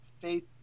Faith